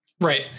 Right